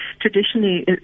traditionally